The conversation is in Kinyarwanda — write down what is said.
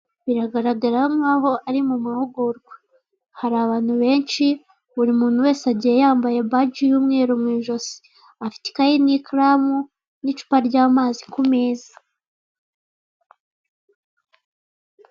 Biragaragara nkaho ari mu mahugurwa hari abantu benshi, buri muntu wese agiye yambaye buji y'umweru mu ijosi, afite ikayi n'ikaramu n'icupa ryamazi kumeza.